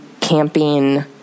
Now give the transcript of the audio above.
camping